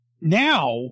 Now